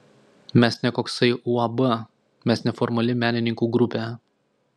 mes ne koksai uab mes neformali menininkų grupė